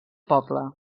poble